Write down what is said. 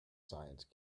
science